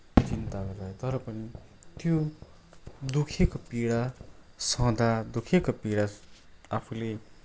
चिन्ता गरेँ तर पनि त्यो दुखेको पीडा सहँदा दुखेको पीडा आफूले